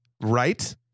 right